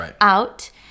out